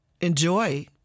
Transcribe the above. enjoy